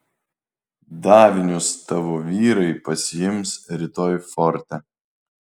davinius tavo vyrai pasiims rytoj forte